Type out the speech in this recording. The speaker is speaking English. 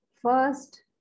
First